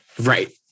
Right